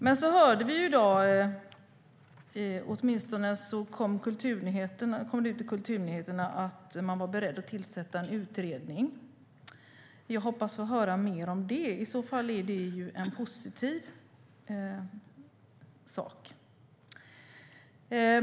Men i dag kom det ut i kulturnyheterna att man var beredd att tillsätta en utredning. Jag hoppas att få höra mer om det. I så fall är det något positivt.